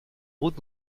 route